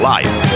Life